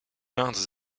peintre